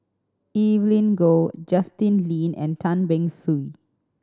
Evelyn Goh Justin Lean and Tan Beng Swee